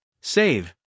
save